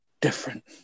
different